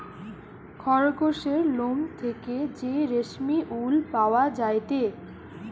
খরগোসের লোম থেকে যে রেশমি উল পাওয়া যায়টে